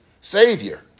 savior